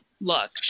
look